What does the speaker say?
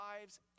lives